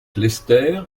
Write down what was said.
lester